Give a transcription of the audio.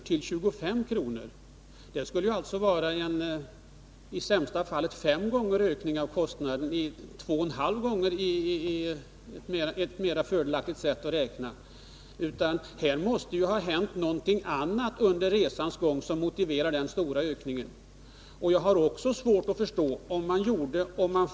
till 25 kr. Det skulle i sämsta fall vara en ökning av kostnaden med 5 gånger, och med 2,5 gånger med ett mera fördelaktigt sätt att räkna. Här måste ju ha hänt någonting annat under resans gång som motiverar denna stora ökning. Jag har svårt att förstå en annan sak också.